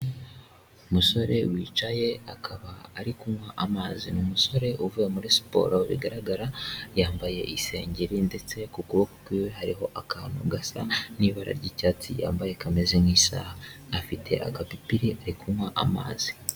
Umusore wicaye akaba ari kunywa amazi. Ni umusore uvuye muri siporo bigaragara, yambaye isengeri ndetse ku kuboko kw'iwe hariho akantu gasa n'ibara ry'icyatsi yambaye kameze nk'isaha. Afite agapipiri ari kunywa amazi.